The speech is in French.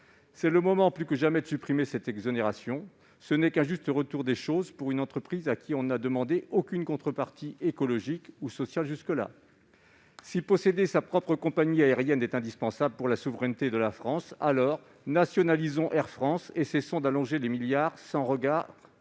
C'est le moment, plus que jamais, de supprimer cette exonération. Ce serait un juste retour pour une entreprise qui ne s'est vu imposer aucune contrepartie écologique ou sociale jusqu'à présent. Si posséder sa propre compagnie aérienne est indispensable pour la souveraineté de la France, alors nationalisons Air France et cessons d'allonger les milliards sans regard